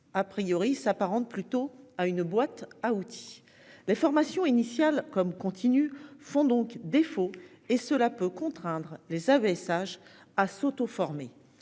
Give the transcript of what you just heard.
À priori, s'apparente plutôt à une boîte à outils. Les formations initiales comme continues font donc défaut et cela peut contraindre les avais sage à s'auto former